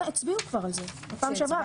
הצביעו כבר על זה בפעם שעברה,